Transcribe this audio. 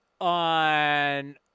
on